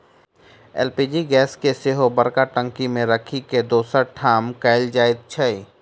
LPG gas के सेहो बड़का टंकी मे राखि के दोसर ठाम कयल जाइत छै